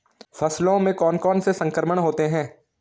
फसलों में कौन कौन से संक्रमण होते हैं?